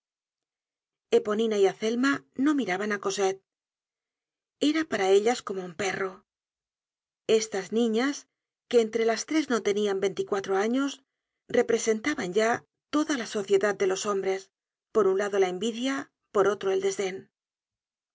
eponina y azelma no miraban á cosette era para ellas como un perro estas niñas que entre las tres no tenían veinticuatro años representaban ya toda la sociedad de los hombres por un lado la envidia por otro el desden